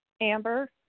Amber